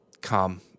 come